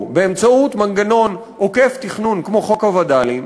באמצעות מנגנון עוקף-תכנון כמו חוק הווד"לים,